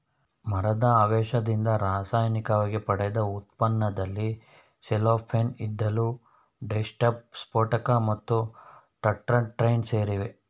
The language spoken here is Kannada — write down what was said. ಮರದ ಅವಶೇಷದಿಂದ ರಾಸಾಯನಿಕವಾಗಿ ಪಡೆದ ಉತ್ಪನ್ನದಲ್ಲಿ ಸೆಲ್ಲೋಫೇನ್ ಇದ್ದಿಲು ಡೈಸ್ಟಫ್ ಸ್ಫೋಟಕ ಮತ್ತು ಟರ್ಪಂಟೈನ್ ಸೇರಿವೆ